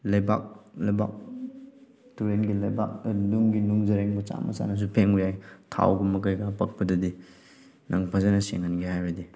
ꯂꯩꯕꯥꯛ ꯂꯩꯕꯥꯛ ꯇꯨꯔꯦꯟꯒꯤ ꯂꯩꯕꯥꯛ ꯅꯨꯡꯒꯤ ꯅꯨꯡꯖꯔꯦꯡ ꯃꯆꯥ ꯃꯆꯥꯅꯁꯨ ꯐꯦꯡꯕ ꯌꯥꯏ ꯊꯥꯎꯒꯨꯝꯕ ꯀꯩꯀꯥ ꯄꯛꯄꯗꯗꯤ ꯅꯪ ꯐꯖꯅ ꯁꯦꯡꯍꯟꯒꯦ ꯍꯥꯏꯔꯗꯤ